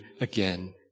again